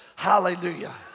Hallelujah